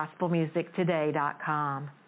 gospelmusictoday.com